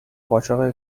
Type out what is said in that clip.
قاچاق